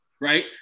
right